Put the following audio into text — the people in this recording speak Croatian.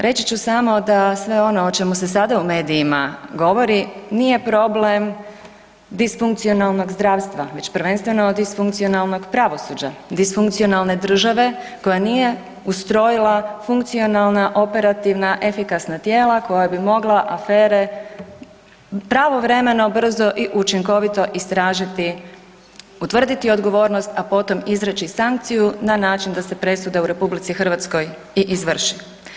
Reći ću samo da sve ono o čemu se sada u medijima govori nije problem disfunkcionalnog zdravstva već prvenstveno disfunkcionalnog pravosuđa, disfunkcionalne države koja nije ustrojila funkcionalna operativna i efikasna tijela koja bi mogla afere pravovremeno, brzo i učinkovito istražiti, utvrditi odgovornost, a potom izreći sankciju na način da se presude u RH i izvrše.